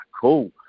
cool